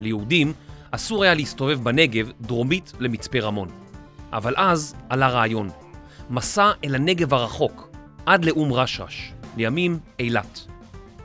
ליהודים אסור היה להסתובב בנגב, דרומית למצפה רמון. אבל אז עלה רעיון. מסע אל הנגב הרחוק, עד לאום רשש, לימים אילת.